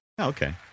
Okay